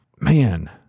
man